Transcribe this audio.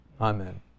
Amen